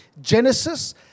Genesis